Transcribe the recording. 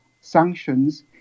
sanctions